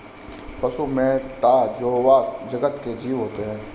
पशु मैटा जोवा जगत के जीव होते हैं